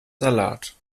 salat